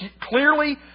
clearly